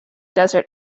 desert